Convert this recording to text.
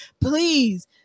please